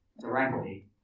directly